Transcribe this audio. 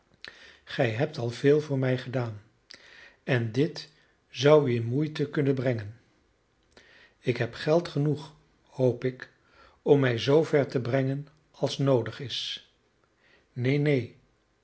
gij hebt al veel voor mij gedaan en dit zou u in moeite kunnen brengen ik heb geld genoeg hoop ik om mij zoover te brengen als noodig is neen neen